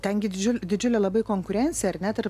ten gi didžiul didžiulė labai konkurencija ar ne tarp